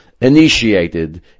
initiated